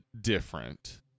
different